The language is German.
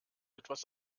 etwas